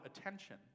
attention